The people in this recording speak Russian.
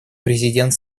президент